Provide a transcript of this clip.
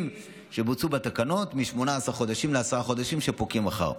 שבוצעו בתקנות מ-18 חודשים לעשרה חודשים שפוקעים מחר.